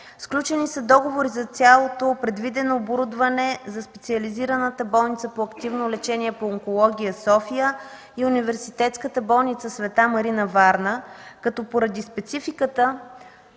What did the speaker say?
Сключени са договори за цялото предвидено оборудване за Специализираната болница по активно лечение по онкология – София, и Университетската болница „Света Марина” – Варна, като поради спецификата